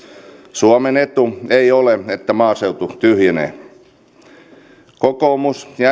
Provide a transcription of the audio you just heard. suomen etu ei ole että maaseutu tyhjenee kokoomuksen ja